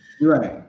Right